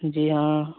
जी हाँ